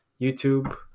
youtube